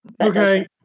Okay